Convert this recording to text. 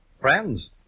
Friends